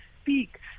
speak